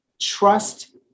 trust